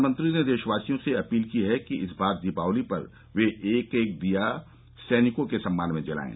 प्रधानमंत्री ने देशवासियों से अपील की है कि इस बार दीपावली पर वे एक एक दीया सैनिकों के सम्मान में जलाएं